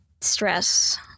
stress